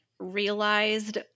realized